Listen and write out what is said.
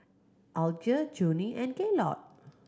Alger Junie and Gaylord